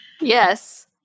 yes